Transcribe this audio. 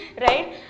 right